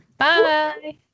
Bye